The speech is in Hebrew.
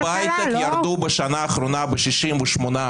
ההשקעות בהייטק ירדו בשנה האחרונה ב-68%,